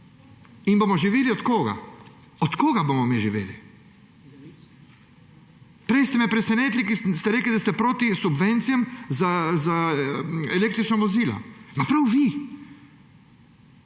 In bomo živeli – od česa? Od česa bomo mi živeli? Prej ste me presenetili, ko ste rekli, da ste proti subvencijam za električna vozila. Ma, prav vi!